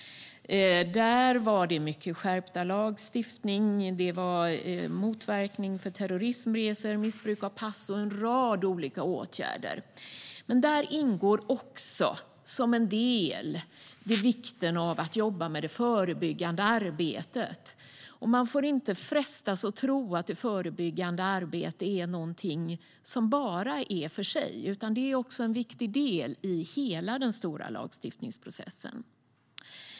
Där var det mycket skärpt lagstiftning, motverkande av terrorismresor, missbruk av pass och en rad andra olika åtgärder. Där ingår också som en del vikten av att jobba med det förebyggande arbetet. Man får inte frestas att tro att detta arbete är någonting som bara sker för sig, utan det är en viktig del av hela den stora lagstiftningsprocessen.